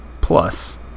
Plus